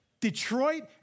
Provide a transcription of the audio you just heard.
Detroit